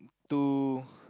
two